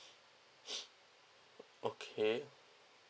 okay